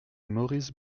maurice